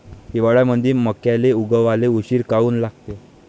हिवाळ्यामंदी मक्याले उगवाले उशीर काऊन लागते?